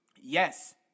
Yes